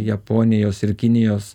japonijos ir kinijos